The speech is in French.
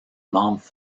membres